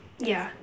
yeah